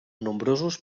nombrosos